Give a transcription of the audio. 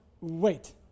wait